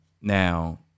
now